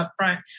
upfront